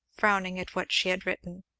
frowning at what she had written,